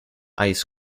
ice